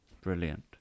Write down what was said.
brilliant